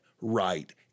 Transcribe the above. Right